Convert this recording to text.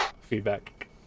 Feedback